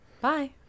Bye